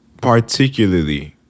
particularly